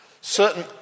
certain